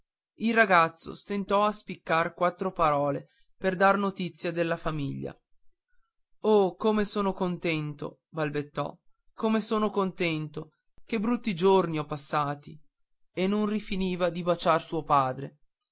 il ragazzo stentò a spiccicar quattro parole per dar notizie della famiglia oh come sono contento balbettò come sono contento che brutti giorni ho passati e non rifiniva di baciar suo padre